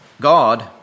God